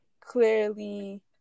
clearly